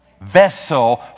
vessel